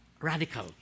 radical